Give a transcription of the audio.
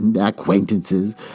acquaintances